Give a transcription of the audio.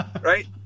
Right